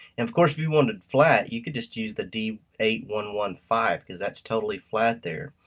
and of course if you wanted flat, you could just use the d eight one one five, cause that's totally flat there.